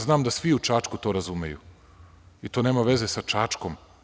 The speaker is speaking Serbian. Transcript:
Znam da svi u Čačku to razumeju, i to nema veze sa Čačkom.